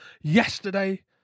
yesterday